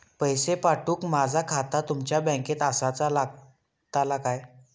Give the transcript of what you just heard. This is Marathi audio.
पैसे पाठुक माझा खाता तुमच्या बँकेत आसाचा लागताला काय?